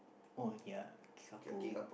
oh ya kickapoo